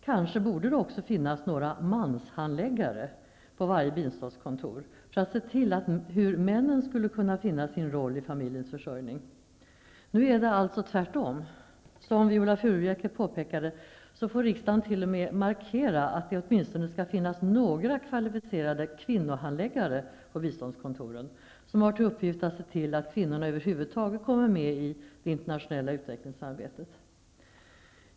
Kanske borde det också finnas några ''manshandläggare'' på varje biståndskontor för att se till hur männen skall kunna finna sin roll i familjens försörjning. Nu är det alltså tvärtom. Som markera att det åtminstone skall finnas några kvalificerade ''kvinnohandläggare'' på biståndskontoren, som har till uppgift att se till att kvinnorna över huvud taget kommer med i det internationella utvecklingssamarbetet.